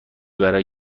برای